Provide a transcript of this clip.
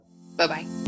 Bye-bye